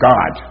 God